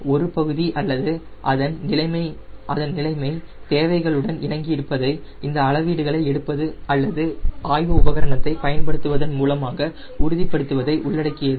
ஒரு பகுதி அல்லது அதன் நிலைமை தேவைகளுடன் இணங்கி இருப்பதை அளவீடுகளை எடுப்பது அல்லது ஆய்வு உபகரணத்தை பயன்படுத்துவதன் மூலமாக உறுதிப்படுத்துவதை உள்ளடக்கியது